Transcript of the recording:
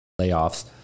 layoffs